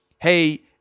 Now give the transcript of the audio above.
hey